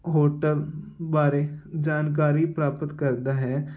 hotel ਬਾਰੇ ਜਾਣਕਾਰੀ ਪ੍ਰਾਪਤ ਕਰਦਾ ਹੈ